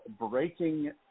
Breaking